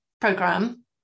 program